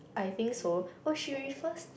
I think so oh she refers